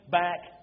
back